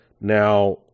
Now